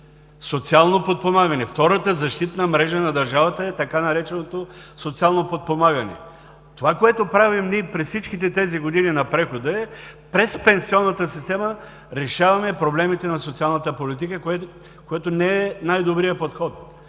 „социално подпомагане“. Втората защитна мрежа на държавата е така нареченото „социално подпомагане“! Това, което правим ние през всичките тези години на прехода е, през пенсионната система решаваме проблемите на социалната политика, което не е най-добрият подход.